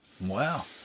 Wow